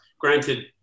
Granted